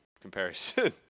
comparison